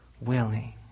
willing